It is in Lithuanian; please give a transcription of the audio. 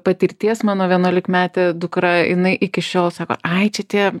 patirties mano vienuolikmetė dukra jinai iki šiol sako ai čia tie